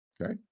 Okay